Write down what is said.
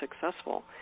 successful